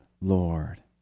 Lord